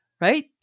Right